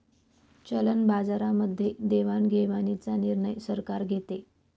चलन बाजारामध्ये देवाणघेवाणीचा निर्णय सरकार घेते